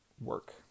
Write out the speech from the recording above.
work